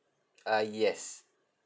ah yes